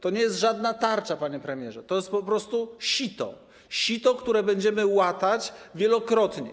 To nie jest żadna tarcza, panie premierze, to jest po prostu sito, które będziemy łatać wielokrotnie.